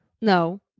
no